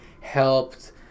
helped